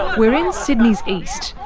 we're in sydney's east,